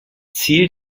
ziel